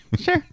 sure